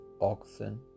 oxen